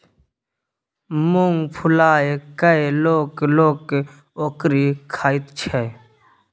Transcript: मुँग फुलाए कय लोक लोक ओकरी खाइत छै